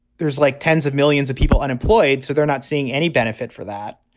there's like tens of millions of people unemployed. so they're not seeing any benefit for that.